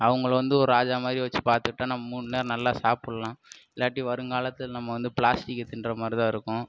அவங்கள வந்து ஒரு ராஜா மாதிரி வச்சு பாத்துகிட்டா நம்ம மூணு நேரம் நல்லா சாப்புடலாம் இல்லாட்டி வருங்காலத்தில் நம்ம வந்து பிளாஸ்டிக்கை திண்கிற மாதிரிதான் இருக்கும்